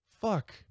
Fuck